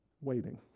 waiting